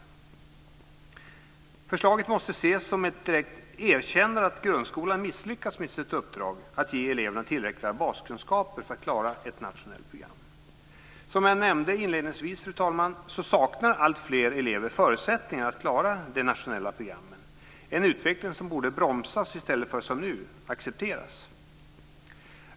Förslaget måste ses som ett direkt erkännande att grundskolan misslyckats med sitt uppdrag att ge eleverna tillräckliga baskunskaper för att klara ett nationellt program. Som jag nämnde inledningsvis, fru talman, saknar alltfler elever förutsättningar att klara de nationella programmen - en utveckling som borde bromsas i stället för, som nu, accepteras.